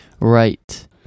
Right